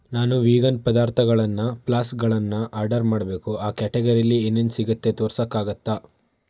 ನಾನು ವೀಗನ್ ಪದಾರ್ಥಗಳನ್ನು ಫ್ಲಾಸ್ಕ್ಗಳನ್ನು ಆರ್ಡರ್ ಮಾಡಬೇಕು ಆ ಕ್ಯಾಟಗರಿಲಿ ಏನೇನು ಸಿಗತ್ತೆ ತೋರ್ಸಕ್ಕಾಗತ್ತಾ